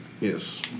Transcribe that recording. yes